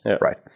Right